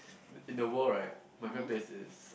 in the world right my friend plays this